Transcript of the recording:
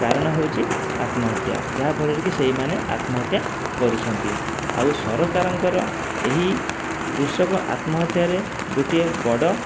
କାରଣ ହେଉଛି ଆତ୍ମହତ୍ୟା ଯାହାଫଳରେ କି ସେହିମାନେ ଆତ୍ମହତ୍ୟା କରୁଛନ୍ତି ଆଉ ସରକାରଙ୍କର ଏହି କୃଷକ ଆତ୍ମହତ୍ୟାରେ ଗୋଟିଏ ବଡ଼